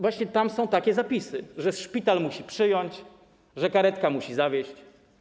Właśnie tam są takie zapisy, że szpital musi przyjąć, że karetka musi zawieźć.